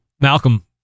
Malcolm